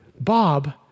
Bob